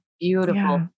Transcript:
beautiful